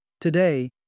Today